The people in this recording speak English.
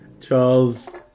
Charles